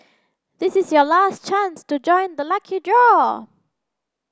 this is your last chance to join the lucky draw